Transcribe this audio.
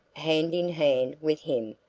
hand in hand with him,